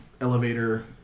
elevator